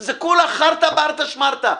זה כולה חארטה בארטה שמארטה.